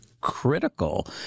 critical